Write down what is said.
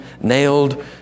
nailed